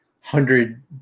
hundred